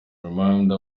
remainder